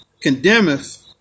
condemneth